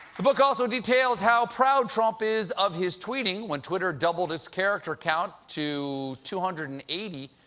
the book also details how proud trump is of his tweets. when twitter doubled its character count to two hundred and eighty,